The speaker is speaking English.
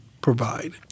provide